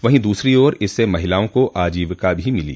वहीं दूसरी ओर इससे महिलाओं को आजीविका भी मिली